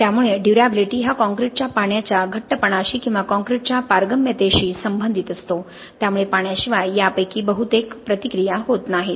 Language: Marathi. त्यामुळे ड्युर्याबिलिटी हा कॉंक्रिटच्या पाण्याच्या घट्टपणाशी किंवा काँक्रीटच्या पारगम्यतेशी संबंधित असतो त्यामुळे पाण्याशिवाय यापैकी बहुतेक प्रतिक्रिया होत नाहीत